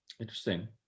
Interesting